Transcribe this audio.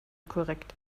korrekt